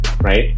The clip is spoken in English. right